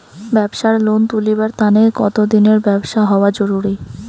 ব্যাবসার লোন তুলিবার তানে কতদিনের ব্যবসা হওয়া জরুরি?